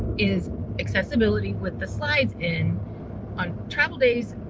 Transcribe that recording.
is accessibility with the slides in on travel days,